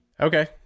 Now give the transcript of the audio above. okay